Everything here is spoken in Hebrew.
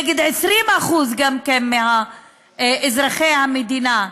נגד 20% מאזרחי המדינה,